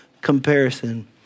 comparison